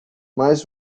mais